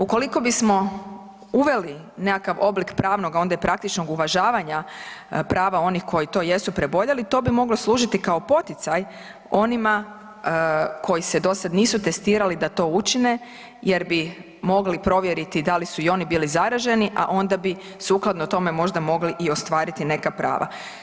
Ukoliko bismo uveli nekakav oblik pravnoga, a onda praktičnog uvažavanja prava onih koji to jesu preboljeli to bi moglo služiti kao poticaj onima koji se do sad nisu testirali da to učine jer bi mogli provjeriti da li su i oni bili zaraženi, a onda bi sukladno tome možda mogli i ostvariti neka prava.